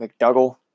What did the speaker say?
McDougall